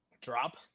Drop